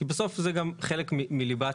כי בסוף זה גם חלק מליבת